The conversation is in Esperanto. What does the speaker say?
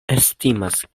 estimas